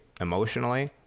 emotionally